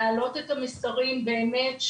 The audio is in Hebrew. להעלות את המסרים באמת,